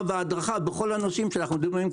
וההדרכה בכל הנושאים שאנחנו מדברים עליהם,